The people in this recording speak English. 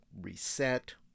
reset